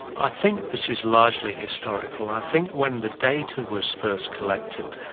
i think this is largely historical. i think when the data was first collected,